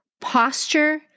posture